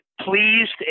pleased